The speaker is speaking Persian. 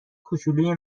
کوچولوی